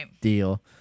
deal